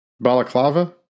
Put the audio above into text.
balaclava